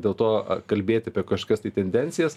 dėl to kalbėti apie kažkokias tai tendencijas